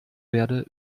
werde